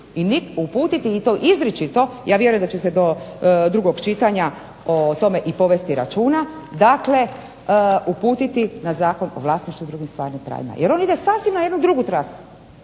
uputiti i to izričito, ja vjerujem da će se do drugog čitanja o tome i povesti računa, dakle uputiti na Zakon o vlasništvu i drugim stvarnim pravima. Jer on ide sasvim na jednu drugu trasu